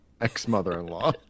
ex-mother-in-law